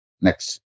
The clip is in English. Next